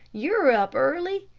you are up early.